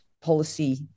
policy